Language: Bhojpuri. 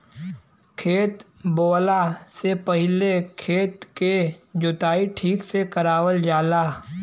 खेत बोवला से पहिले खेत के जोताई ठीक से करावल जाला